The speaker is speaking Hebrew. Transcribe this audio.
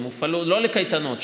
לא לקייטנות,